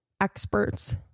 experts